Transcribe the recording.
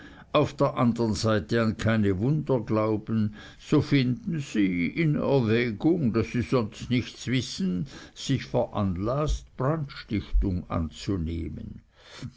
auf der andern seite an keine wunder glauben so finden sie in erwägung daß sie sonst nichts wissen sich veranlaßt brandstiftung anzunehmen